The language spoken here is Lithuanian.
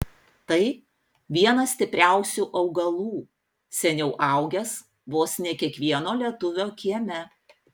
tai vienas stipriausių augalų seniau augęs vos ne kiekvieno lietuvio kieme